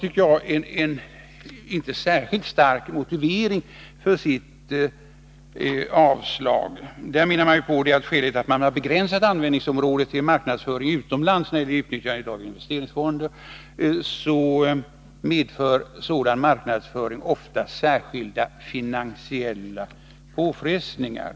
Utskottet har inte en särskilt stark motivering för sitt avstyrkande. Man anför att skälet till att användningsområdet när det gäller utnyttjandet av investeringsfonden begränsats till marknadsföring utomlands är att sådan marknadsföring ofta medför ”särskilda finansiella påfrestningar”.